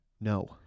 No